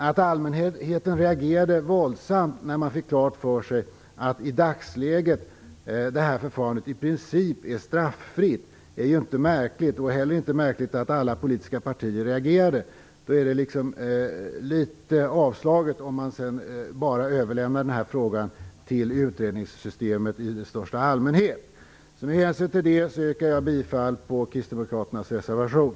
Att allmänheten reagerade våldsamt när man fick klart för sig att detta förfarande i dagsläget i princip är straffritt är inte märkligt. Det är inte heller märkligt att alla politiska partier reagerade. Då är det litet avslaget att sedan bara överlämna frågan till utredningssystemet i största allmänhet. Med hänsyn till det anförda yrkar jag bifall till kristdemokraternas reservation.